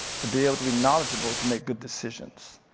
to be able to be knowledgeable to make good decisions.